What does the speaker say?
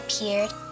appeared